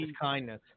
kindness